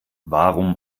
warum